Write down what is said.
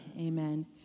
Amen